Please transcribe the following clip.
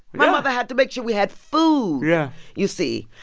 my mother had to make sure we had food, yeah you see?